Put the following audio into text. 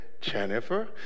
Jennifer